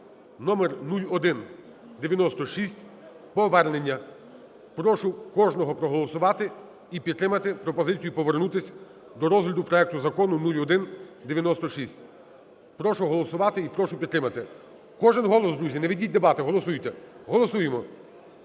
(№0196), повернення. Прошу кожного проголосувати і підтримати пропозицію повернутися до розгляду проекту Закону 0196. Прошу голосувати і прошу підтримати. Кожен голос, друзі! Не ведіть дебати – голосуйте! Голосуємо.